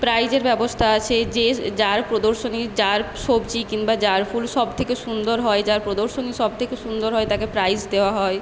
প্রাইজের ব্যবস্থা আছে যে যারা প্রদর্শনী যার সবজি কিনবা যার ফুল সবথেকে সুন্দর হয় যার প্রদর্শনী সবথেকে সুন্দর হয় তাকে প্রাইজ দেওয়া হয়